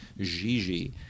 Gigi